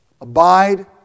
Abide